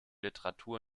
literatur